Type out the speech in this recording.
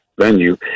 venue